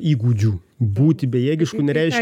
įgūdžių būti bejėgišku nereiš